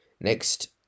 Next